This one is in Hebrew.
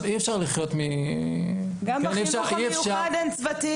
כיו אי אפשר לחיות --- גם בחינוך המיוחד אין צוותים.